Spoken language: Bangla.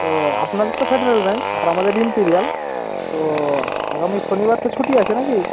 তো আপনাদের তো ফেডারেল ব্যাংক আর আমাদের ইম্পিরিয়াল তো আগামী শনিবার তো ছুটি আছে নাকি